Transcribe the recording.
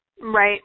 Right